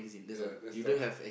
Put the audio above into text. ya that's tough